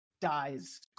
dies